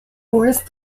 forest